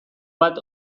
bat